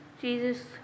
Jesus